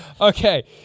Okay